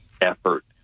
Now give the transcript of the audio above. effort